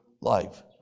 life